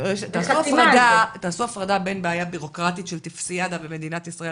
תעשו הפרדה בין בעיה ביורוקרטית של טופסיאדה במדינת ישראל